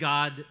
God